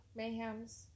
Mayhems